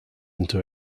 into